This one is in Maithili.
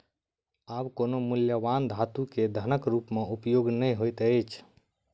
आब कोनो मूल्यवान धातु के धनक रूप में उपयोग नै होइत अछि